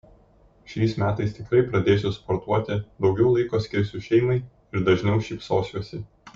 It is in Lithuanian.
šiais metais tikrai pradėsiu sportuoti daugiau laiko skirsiu šeimai ir dažniau šypsosiuosi